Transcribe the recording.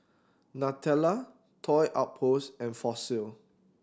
Nutella Toy Outpost and Fossil